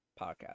podcast